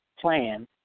plan